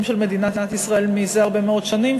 של מדינת ישראל כבר הרבה מאוד שנים,